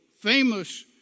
famous